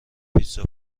پیتزا